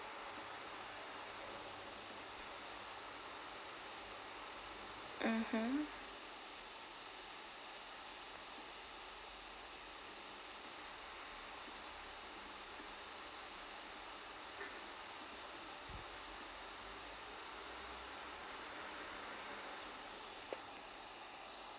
mmhmm